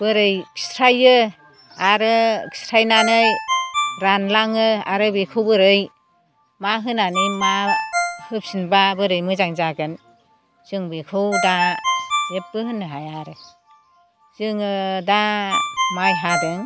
बोरै खिस्रायो आरो खिस्रायनानै रानलाङो आरो बेखौ बोरै मा होनानै मा होफिनबा बोरै मोजां जागोन जों बेखौ दा जेबो होननो हाया आरो जोङो दा माइ हादों